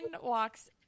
walks